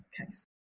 case